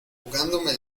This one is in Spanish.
jugándome